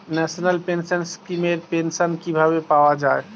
National pension scheme এর pension কিভাবে পাওয়া যায়?